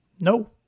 No